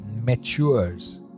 matures